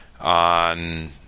on